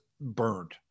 burned